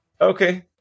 okay